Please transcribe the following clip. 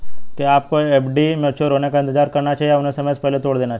क्या आपको एफ.डी के मैच्योर होने का इंतज़ार करना चाहिए या उन्हें समय से पहले तोड़ देना चाहिए?